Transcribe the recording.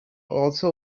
also